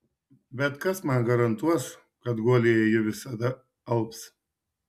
bet kas man garantuos kad guolyje ji visada alps